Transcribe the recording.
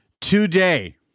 today